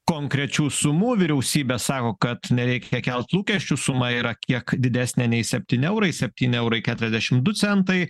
konkrečių sumų vyriausybė sako kad nereikia kelt lūkesčių suma yra kiek didesnė nei septyni eurai septyni eurai keturiasdešim du centai